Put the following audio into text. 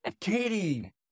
Katie